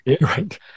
Right